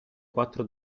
quattro